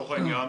לצורך העניין,